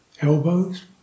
Elbows